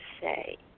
say